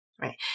Right